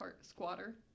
squatter